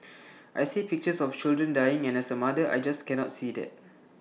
I see pictures of children dying and as A mother I just cannot see that